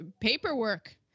paperwork